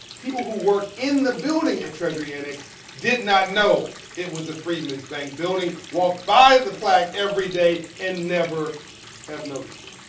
people who work in the building at treasury annex did not know it was the freedman's bank building, walked by the plaque every day and never had noticed it.